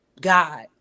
God